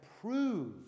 prove